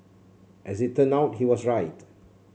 as it turn out he was right